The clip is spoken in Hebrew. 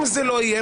אם זה לא יהיה,